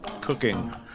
cooking